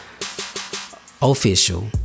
official